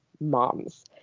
moms